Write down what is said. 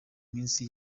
minsi